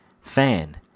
fan